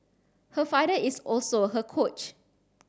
her father is also her coach